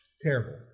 Terrible